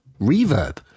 reverb